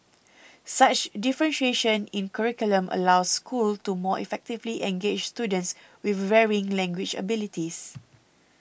such differentiation in curriculum allows schools to more effectively engage students with varying language abilities